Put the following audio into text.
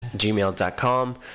gmail.com